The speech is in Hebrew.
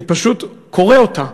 אני פשוט קורא אותה.